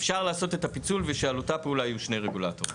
אפשר לעשות את הפיצול ושעל אותה פעולה יהיו שני רגולטורים.